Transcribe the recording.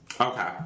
Okay